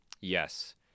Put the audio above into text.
Yes